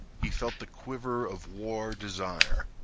he felt the quiver of war desire.